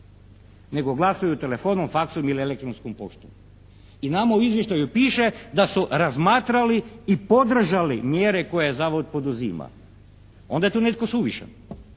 nego glasuju telefonom, faksom ili elektronskom poštom. I nama u izvještaju piše da su razmatrali i podržali mjere koje zavod poduzima. Onda je tu netko suvišan.